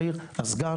העירייה הוציאה